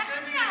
איך שנייה?